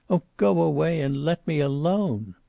oh, go away and let me alone.